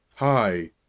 Hi